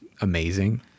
amazing